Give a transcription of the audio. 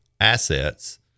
assets